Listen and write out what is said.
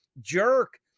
jerk